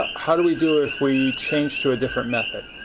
how do we do if we change to a different method?